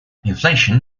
inflation